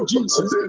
Jesus